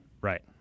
right